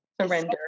surrender